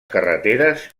carreteres